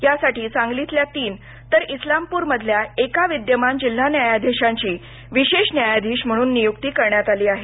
यासाठी सांगलीतल्या तीन तर इस्लामपूर मधल्या एका विद्यमान जिल्हा न्यायाधीशांची विशेष न्यायाधीश म्हणून नियुक्ती करण्यात आली आहे